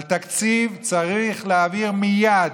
תקציב צריך להעביר מייד.